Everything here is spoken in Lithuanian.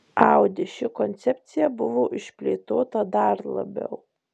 audi ši koncepcija buvo išplėtota dar labiau